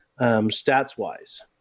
stats-wise